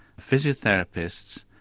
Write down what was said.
physiotherapists,